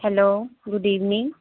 hello good evening